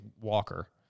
Walker